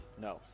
No